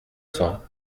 cents